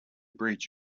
bridge